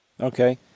Okay